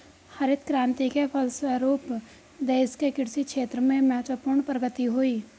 हरित क्रान्ति के फलस्व रूप देश के कृषि क्षेत्र में महत्वपूर्ण प्रगति हुई